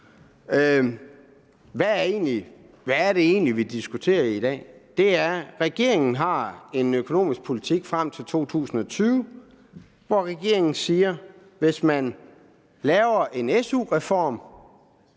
Hvad er det egentlig, vi diskuterer i dag? Det er, at regeringen har en økonomisk politik frem til år 2020, hvor regeringen siger, at hvis man laver en SU-reform,